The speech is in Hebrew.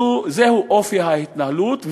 זהו אופי ההתנהלות,